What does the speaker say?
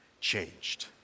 changed